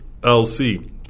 LC